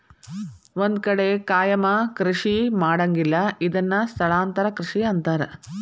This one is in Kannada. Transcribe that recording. ಒಂದ ಕಡೆ ಕಾಯಮ ಕೃಷಿ ಮಾಡಂಗಿಲ್ಲಾ ಇದನ್ನ ಸ್ಥಳಾಂತರ ಕೃಷಿ ಅಂತಾರ